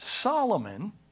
Solomon